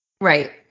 Right